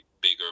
bigger